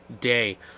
day